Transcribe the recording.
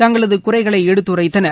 தங்களது குறைகளை எடுத்துரைத்தனர்